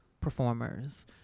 performers